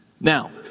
Now